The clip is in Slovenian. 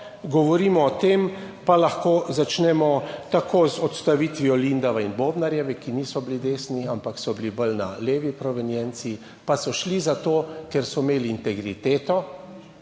govorimo o tem pa lahko začnemo tako, z odstavitvijo Lendava in Bobnarjevi, ki niso bili desni, ampak so bili bolj na levi provenienci pa so šli zato, ker so imeli integriteto